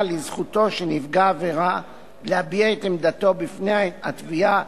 לזכותו של נפגע העבירה להביע את עמדתו בפני התביעה